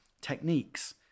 techniques